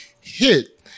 hit